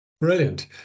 Brilliant